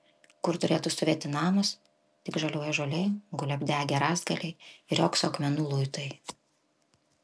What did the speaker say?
kur turėtų stovėti namas tik žaliuoja žolė guli apdegę rąstgaliai ir riogso akmenų luitai